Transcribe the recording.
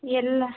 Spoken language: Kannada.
ಎಲ್ಲ